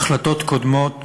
החלטות קודמות,